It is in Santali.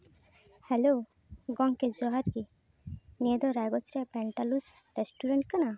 ᱦᱮᱞᱳ ᱜᱚᱢᱠᱮ ᱡᱚᱦᱟᱨ ᱜᱮ ᱱᱤᱭᱟᱹ ᱫᱚ ᱨᱟᱭᱜᱚᱧᱡ ᱨᱮᱭᱟᱜ ᱯᱮᱱᱴᱟᱞᱩᱡ ᱨᱮᱥᱴᱩᱨᱮᱱᱴ ᱠᱟᱱᱟ